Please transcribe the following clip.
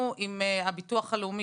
אנחנו עם הביטוח לאומי,